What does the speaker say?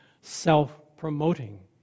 self-promoting